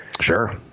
Sure